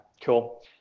Cool